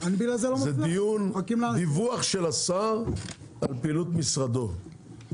עכשיו זה דיווח של השר על פעילות משרדו,